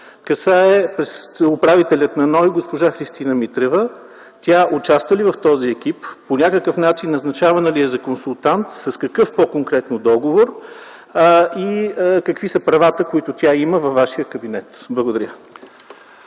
касае управителя на НОИ госпожа Христина Митрева. Тя участва ли в този екип? По някакъв начин назначавана ли е за консултант? С какъв по-конкретно договор и какви са правата, които тя има във Вашия кабинет? Благодаря.